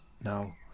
now